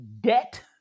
debt